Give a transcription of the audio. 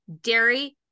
dairy